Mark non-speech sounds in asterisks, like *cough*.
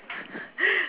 *noise*